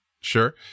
Sure